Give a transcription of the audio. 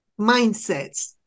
mindsets